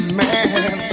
man